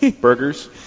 Burgers